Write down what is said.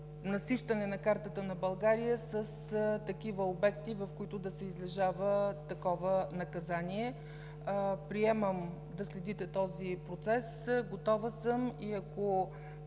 насищане на картата на България с такива обекти, в които да се излежава такова наказание. Приемам да следите този процес. Готова съм и ако